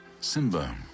Simba